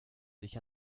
sich